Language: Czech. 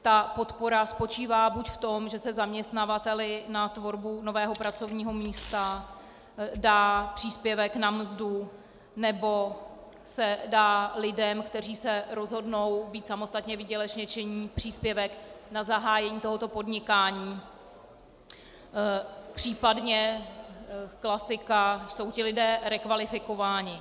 Ta podpora spočívá buď v tom, že se zaměstnavateli na tvorbu nového pracovního místa dá příspěvek na mzdu, nebo se dá lidem, kteří se rozhodnou být samostatně výdělečně činní, příspěvek na zahájení tohoto podnikání, případně klasika jsou ti lidé rekvalifikováni.